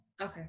Okay